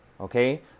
okay